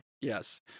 Yes